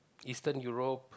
eastern Europe